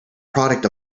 product